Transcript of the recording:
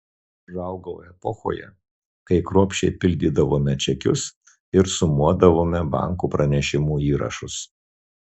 užaugau epochoje kai kruopščiai pildydavome čekius ir sumuodavome banko pranešimų įrašus